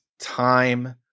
time